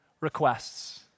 requests